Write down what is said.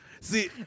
See